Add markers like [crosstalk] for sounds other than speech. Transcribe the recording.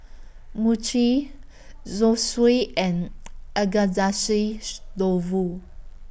Mochi Zosui and [noise] [unintelligible] Dofu